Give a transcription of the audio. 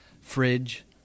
Fridge